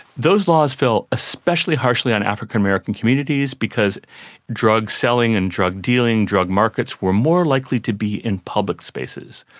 those laws fell especially harshly on african american communities, because drug selling and drug dealing, drug markets were more likely to be in public spaces.